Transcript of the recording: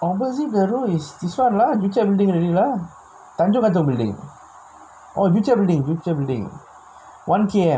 opposite the road is this [one] lah building ready lah tanjung building oh building one K_M